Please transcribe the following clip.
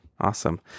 Awesome